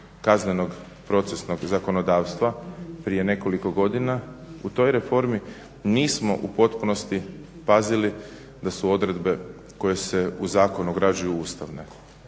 kaznenog procesnog zakonodavstva prije nekoliko godina u toj reformi nismo u potpunosti pazili da su odredbe koje se u zakon ugrađuju ustavne.